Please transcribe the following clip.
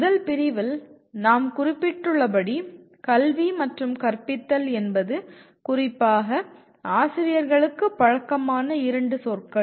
முதல் பிரிவில் நாம் குறிப்பிட்டுள்ளபடி "கல்வி" மற்றும் "கற்பித்தல்" என்பது குறிப்பாக ஆசிரியர்களுக்கு பழக்கமான 2 சொற்கள்